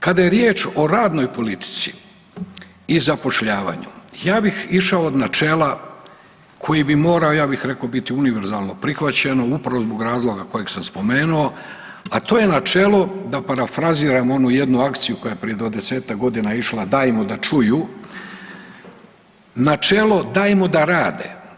Kada je riječ o radnoj politici i zapošljavanju ja bih išao od načela koji bi morao ja bih rekao biti univerzalno prihvaćeno upravo zbog razloga kojeg sam spomenuo, a to je načelo da parafraziram onu jednu akciju koja je prije 20-tak godina išla „dajmo da čuju“, načelo „dajmo da rade“